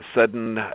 Sudden